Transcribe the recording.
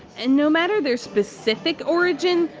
and no matter their specific origin,